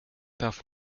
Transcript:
darf